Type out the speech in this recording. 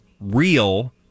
real